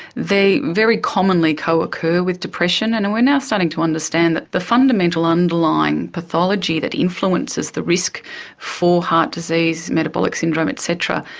they very commonly co-occur with depression, and we are now starting to understand that the fundamental underlying pathology that influences the risk for heart disease, metabolic syndrome et cetera,